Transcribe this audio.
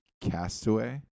Castaway